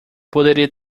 poderia